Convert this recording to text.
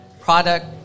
product